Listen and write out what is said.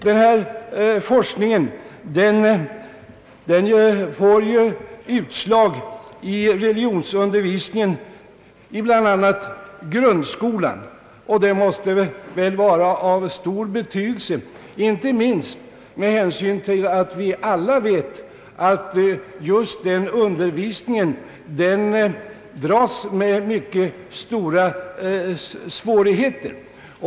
Denna forskning ger utslag i religionsundervisningen, bl.a. i grundskolan, vilket väl måste va ra av stor betydelse, inte minst med hänsyn till att just den undervisningen som vi alla vet dras med stora svårigheter.